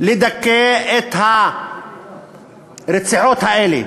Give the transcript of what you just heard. לדכא את הרציחות האלה,